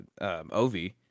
Ovi